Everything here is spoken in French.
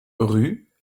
rue